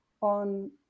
on